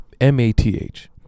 M-A-T-H